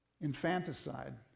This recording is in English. Infanticide